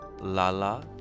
Lala